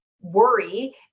worry